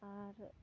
ᱟᱨ